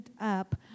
up